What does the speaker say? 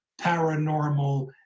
paranormal